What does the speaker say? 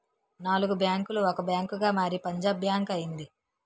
నాలుగు బ్యాంకులు ఒక బ్యాంకుగా మారి పంజాబ్ బ్యాంక్ అయింది